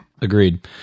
agreed